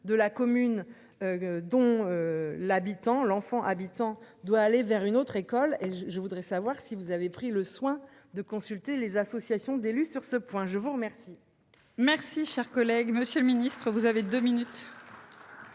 De la commune. Dont. L'habitant l'enfant habitant doit aller vers une autre école et je voudrais savoir si vous avez pris le soin de consulter les associations d'élus, sur ce point, je vous remercie. Merci, cher collègue, Monsieur le Ministre, vous avez 2 minutes.